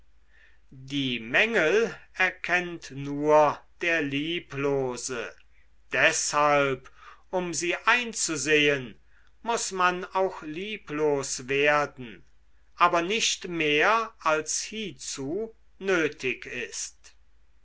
die mängel erkennt nur der lieblose deshalb um sie einzusehen muß man auch lieblos werden aber nicht mehr als hiezu nötig ist